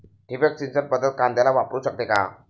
ठिबक सिंचन पद्धत कांद्याला वापरू शकते का?